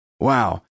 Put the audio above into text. Wow